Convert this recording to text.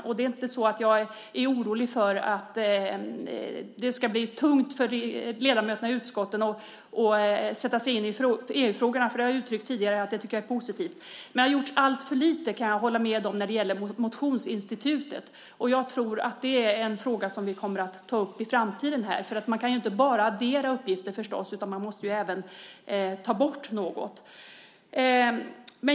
Jag är inte orolig för att det ska bli tungt för ledamöterna i utskotten att sätta sig in i EU-frågorna. Jag har nämligen tidigare uttryckt att jag tycker att det är positivt. Men jag kan hålla med om att det har gjorts alltför lite när det gäller motionsinstitutet. Jag tror att det är en fråga som vi kommer att ta upp här i framtiden. Man kan ju inte bara addera uppgifter, utan man måste även ta bort något.